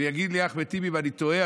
ויגיד לי אחמד טיבי אם אני טועה.